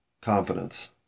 confidence